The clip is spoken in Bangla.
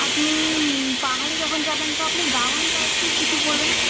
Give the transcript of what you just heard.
আপনি পাহাড়ে যখন যাবেন তো আপনি গাউন টাইপসের কিছু পরবেন